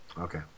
Okay